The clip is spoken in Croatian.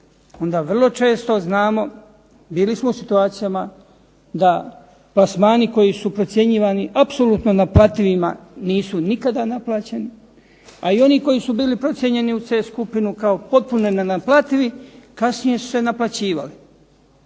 vrlo često znamo, bili smo u situacijama da plasmani koji su procjenjivani apsolutno naplativima nisu nikada naplaćeni, a i oni koji su bili procijenjeni u C skupinu kao potpuno nenaplativi kasnije su se naplaćivali.